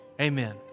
amen